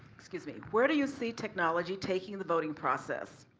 excuse me, where do you see technology taking the voting process?